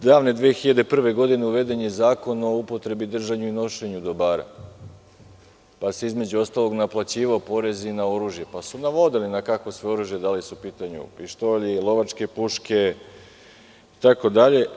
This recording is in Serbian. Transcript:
Davne 2001. godine uveden je Zakon o upotrebi, držanju i nošenju dobara, pa se, između ostalog, naplaćivao porez i na oružje, pa su navodili na kakvo se oružje odnosi, da li su u pitanju pištolji, lovačke puške, itd.